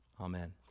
Amen